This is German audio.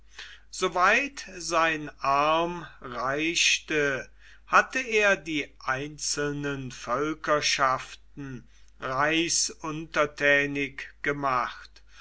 weit sein arm reichte hatte er die einzelnen völkerschaften reichsuntertänig gemacht